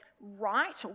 right